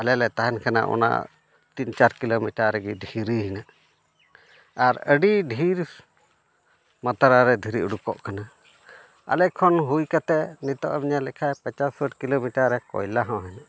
ᱟᱞᱮ ᱞᱮ ᱛᱟᱦᱮᱱ ᱠᱟᱱᱟ ᱚᱱᱟ ᱛᱤᱱ ᱪᱟᱨ ᱠᱤᱞᱳᱢᱤᱴᱟᱨ ᱨᱮᱜᱮ ᱫᱷᱤᱨᱤ ᱦᱮᱱᱟᱜᱼᱟ ᱟᱨ ᱟᱹᱰᱤ ᱰᱷᱮᱹᱨ ᱢᱟᱛᱨᱟ ᱨᱮ ᱫᱷᱤᱨᱤ ᱩᱰᱩᱠᱚᱜ ᱠᱟᱱᱟ ᱟᱞᱮ ᱠᱷᱚᱱ ᱦᱩᱭ ᱠᱟᱛᱮᱫ ᱱᱤᱛᱚᱜ ᱮᱢ ᱧᱮᱞ ᱞᱮᱠᱷᱟᱡ ᱯᱚᱧᱪᱟᱥ ᱥᱚ ᱠᱤᱞᱳ ᱢᱤᱴᱟᱨ ᱠᱚᱭᱞᱟ ᱦᱚᱸ